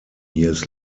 years